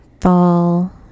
Fall